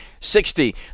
sixty